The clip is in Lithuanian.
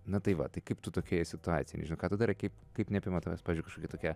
na tai va tai kaip tu tokioje situacijoj nežinau ką tu darai kaip kaip neapima tavęs pavyzdžiui kažkokia tokia